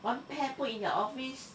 one pair put in your office